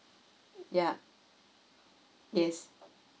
ya yes